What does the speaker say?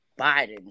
Biden